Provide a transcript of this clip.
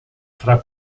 fra